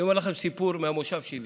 אביא לכם סיפור מהמושב שלי,